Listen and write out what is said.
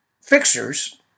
fixers